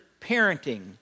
parenting